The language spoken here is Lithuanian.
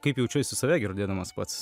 kaip jaučiuosi save girdėdamas pats